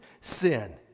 sin